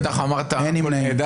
הצבעה לא אושרו.